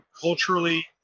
culturally